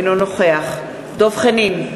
אינו נוכח דב חנין,